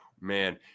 Man